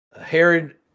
Herod